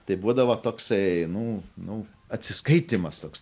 tai būdavo toksai nu nu atsiskaitymas toks